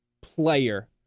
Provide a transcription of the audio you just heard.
player